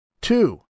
two